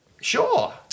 Sure